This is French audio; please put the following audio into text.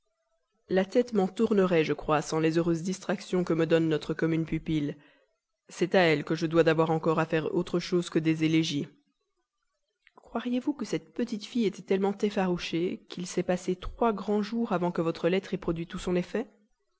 la tête m'en tournerait je crois sans les heureuses distractions que me donne notre commune pupille c'est à elle que je dois d'avoir encore à faire autre chose que des élégies croiriez-vous que cette petite fille était tellement effarouchée qu'il s'est passé trois grands jours avant que votre lettre ait produit tout son effet